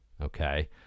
okay